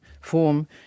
form